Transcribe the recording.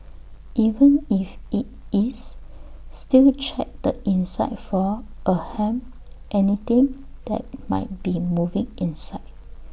even if IT is still check the inside for ahem anything that might be moving inside